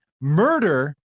Murder